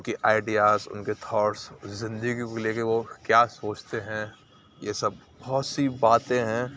ان کے آئیڈیاز ان کے تھوٹس زندگی کو لے کے وہ کیا سوچتے ہیں یہ سب بہت سی باتیں ہیں